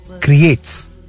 creates